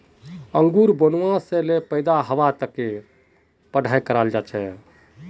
अंगूर बुनवा से ले पैदा हवा तकेर पढ़ाई कराल जा छे